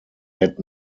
had